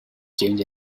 change